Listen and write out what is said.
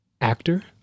actor